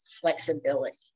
flexibility